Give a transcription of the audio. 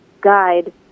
guide